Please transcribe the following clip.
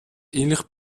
ähnlich